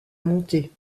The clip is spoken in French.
montée